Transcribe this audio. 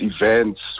events